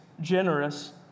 generous